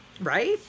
Right